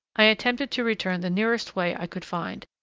i attempted to return the nearest way i could find,